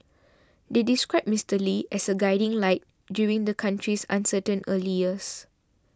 they described Mister Lee as a guiding light during the country's uncertain early years